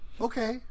okay